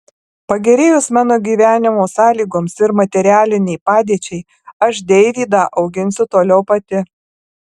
pagerėjus mano gyvenimo sąlygoms ir materialinei padėčiai aš deivydą auginsiu toliau pati